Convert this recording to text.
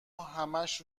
همش